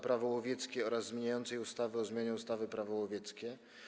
Prawo łowieckie oraz zmieniającej ustawę o zmianie ustawy Prawo łowieckie.